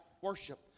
worship